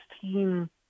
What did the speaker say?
team